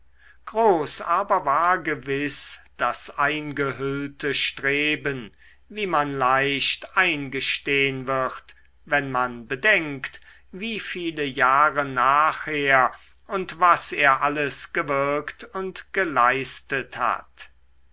groß aber war gewiß das eingehüllte streben wie man leicht eingestehn wird wenn man bedenkt wie viele jahre nachher und was er alles gewirkt und geleistet hat